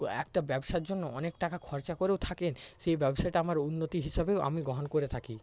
একটা ব্যবসার জন্য অনেক টাকা খরচা করেও থাকেন সেই ব্যবসাটা আমার উন্নতি হিসাবেও আমি গ্রহণ করে থাকি